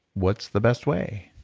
what's the best way?